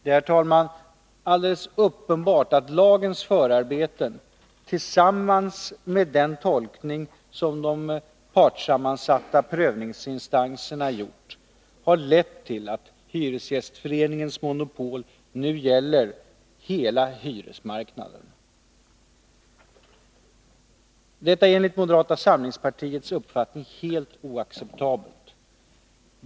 Det är, herr talman, alldeles uppenbart att lagens förarbeten, tillsammans med den tolkning som de partssammansatta prövningsinstanserna gjort, har lett till att Hyresgästernas riksförbunds monopol nu gäller hela hyresmarknaden. Detta är enligt moderata samlingspartiets uppfattning helt oacceptabelt.